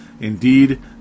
indeed